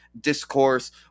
discourse